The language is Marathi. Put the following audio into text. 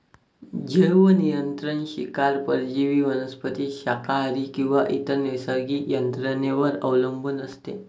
जैवनियंत्रण शिकार परजीवी वनस्पती शाकाहारी किंवा इतर नैसर्गिक यंत्रणेवर अवलंबून असते